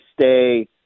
stay